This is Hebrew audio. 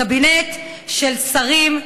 קבינט של שרים,